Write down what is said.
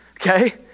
Okay